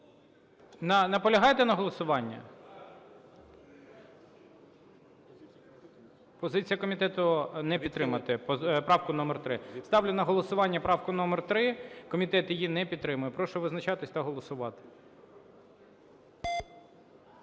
Наполягаєте на голосуванні? Позиція комітету – не підтримати правку номер 3. Ставлю на голосування правку номер 3. Комітет її не підтримує. Прошу визначатися та голосувати.